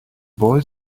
boy